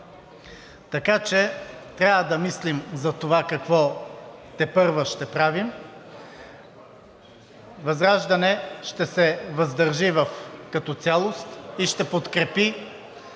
Така че трябва да мислим за това какво тепърва ще правим. ВЪЗРАЖДАНЕ ще се въздържи като цялост и ще подкрепи